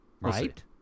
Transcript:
Right